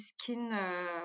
skin